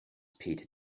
pete